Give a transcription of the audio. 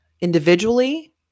individually